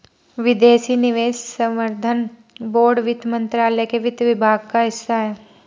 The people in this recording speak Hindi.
विदेशी निवेश संवर्धन बोर्ड वित्त मंत्रालय के वित्त विभाग का हिस्सा है